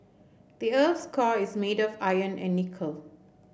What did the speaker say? the earth's core is made of iron and nickel